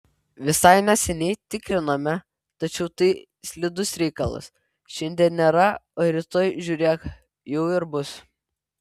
visai neseniai tikrinome tačiau tai slidus reikalas šiandien nėra o rytoj žiūrėk jau ir bus